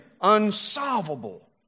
unsolvable